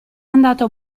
andato